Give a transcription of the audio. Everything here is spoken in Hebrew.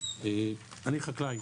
אני חקלאי